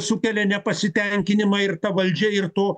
sukelia nepasitenkinimą ir ta valdžia ir to